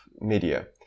media